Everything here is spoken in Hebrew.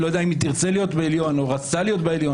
לא יודע אם היא תרצה להיות בעליון או רצתה להיות בעליון,